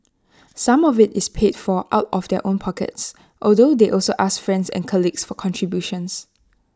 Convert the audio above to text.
some of IT is paid for out of their own pockets although they also ask friends and colleagues for contributions